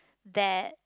that